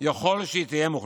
יכול שהיא תהיה מוחלפת.